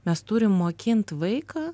mes turim mokint vaiką